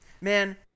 man